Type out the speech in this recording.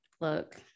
look